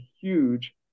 huge